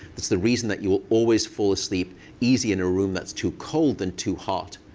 it's the reason that you will always fall asleep easier in a room that's too cold than too hot.